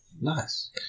Nice